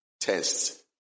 tests